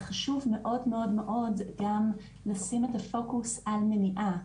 חשוב מאוד-מאוד לשים גם את הפוקוס על מניעה,